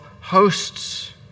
hosts